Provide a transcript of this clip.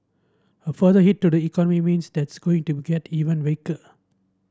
a further hit to the economy means that's going to get even weaker